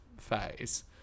Phase